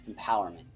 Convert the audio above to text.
empowerment